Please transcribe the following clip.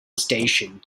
station